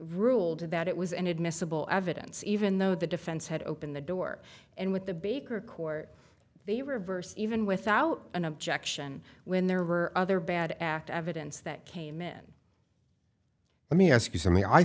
ruled about it was inadmissible evidence even though the defense had opened the door and with the baker court be reversed even without an objection when there are other bad act evidence that came in let me ask you something i